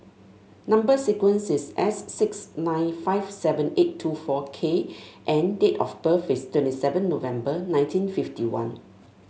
number sequence is S six nine five seven eight two four K and date of birth is twenty seven November nineteen fifty one